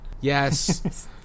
Yes